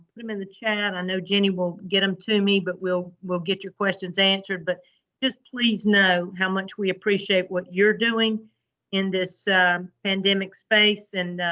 them in the chat. i know jenny will get them to me, but we'll get your questions answered. but just please know how much we appreciate what you're doing in this pandemic space, and